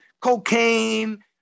cocaine